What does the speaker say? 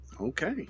Okay